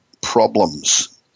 problems